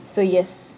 so yes